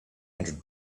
hundred